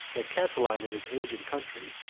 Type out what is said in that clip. the catiline of his age and country,